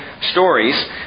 stories